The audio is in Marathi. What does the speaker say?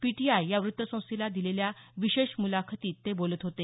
पीटीआय या वृत्तसंस्थेला दिलेल्या विशेष मुलाखतीत ते बोलत होते